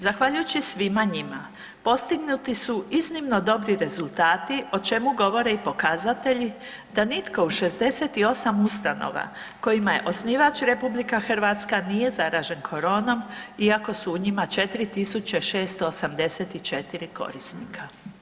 Zahvaljujući svima njima postignuti su iznimno dobri rezultati o čemu govore i pokazatelji da nitko u 68 ustanova kojima je osnivač RH nije zaražen koronom iako su u njima 4.684 korisnika.